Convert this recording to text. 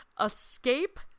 Escape